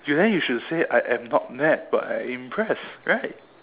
then you should say I I am not mad but I am impressed right